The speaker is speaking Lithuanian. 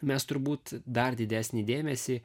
mes turbūt dar didesnį dėmesį